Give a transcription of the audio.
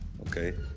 okay